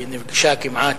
שנפגשה כמעט,